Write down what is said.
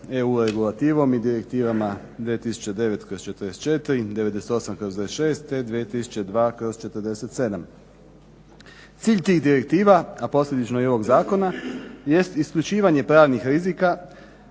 EU regulativom i direktivama 2009/44., 98/26. te 2002/47. Cilj tih direktiva, a posljedično i ovog zakona, jest isključivanje pravnih rizika